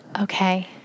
Okay